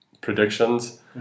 predictions